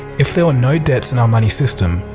if there are no debts in our money system,